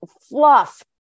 fluff